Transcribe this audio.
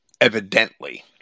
Evidently